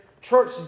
church